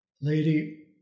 Lady